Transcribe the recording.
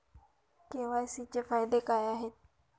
KYC चे फायदे काय आहेत?